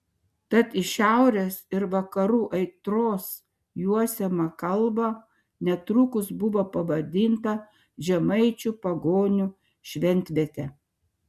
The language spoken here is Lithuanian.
tad iš šiaurės ir vakarų aitros juosiama kalva netrukus buvo pavadinta žemaičių pagonių šventviete